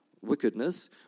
wickedness